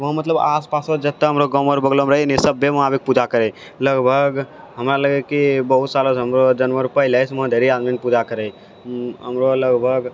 वहाँ मतलब आस पास जतय हमर गाँव अर बगलोमे रहै ने सबे वहाँपर पूजा करै है लगभग हमरा लगैय कि बहुत सारा जनमो रऽ पहिलेसँ वहाँ ढ़ेरी आदमी पूजा करै हमरो लगभग